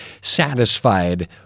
satisfied